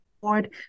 board